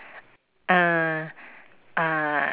err err